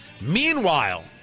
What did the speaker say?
Meanwhile